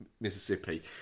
Mississippi